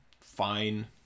fine